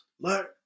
look